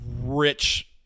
rich